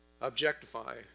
objectify